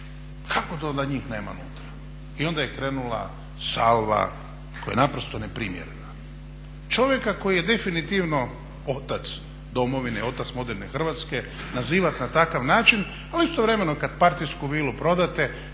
Kako to da njih nema unutra. I onda je krenula salva koja je naprosto neprimjerena. Čovjeka koji je definitivno otac domovine, otac moderne Hrvatske nazivat na takav način ali istovremeno kad partijsku vilu prodate,